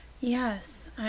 Yes